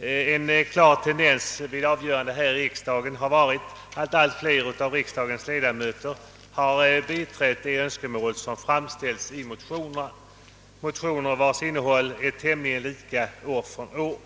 bahandling. En klar tendens vid avgörandena här i riksdagen har varit, att allt fler av riksdagens ledamöter har biträtt de önskemål som framställts i motionerna, vilkas innehåll varit tämligen lika år från år.